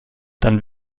dann